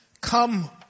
Come